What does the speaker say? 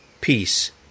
peace